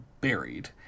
buried